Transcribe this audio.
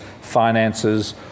finances